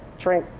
drink,